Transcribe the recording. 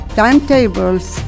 timetables